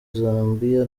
zambia